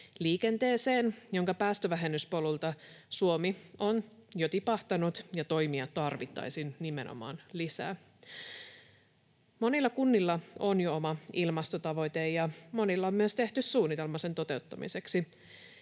liikenteeseen, jonka päästövähennyspolulta Suomi on jo tipahtanut, ja toimia tarvittaisiin nimenomaan lisää. Monilla kunnilla on jo oma ilmastotavoite ja monilla on myös tehty suunnitelma sen toteuttamiseksi.